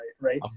Right